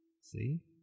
See